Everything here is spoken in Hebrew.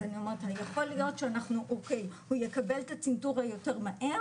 אז אני אומרת יכול להיות שאנחנו אוקי הוא יקבל את הצנתור יותר מהר